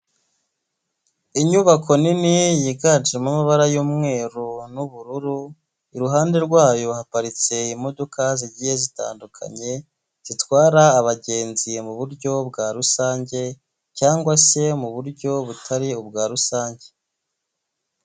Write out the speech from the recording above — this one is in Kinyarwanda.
Inyubako nini yiganjemo amabara y'umweru n'ubururu, iruhande rwayo haparitse imodoka zigiye zitandukanye, zitwara abagenzi mu buryo bwa rusange cyangwa se mu buryo butari ubwa rusange.